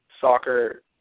soccer